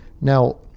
now